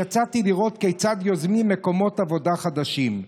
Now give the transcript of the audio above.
יצאתי לראות כיצד יוזמים מקומות עבודה חדשים.